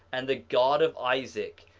and the god of isaac,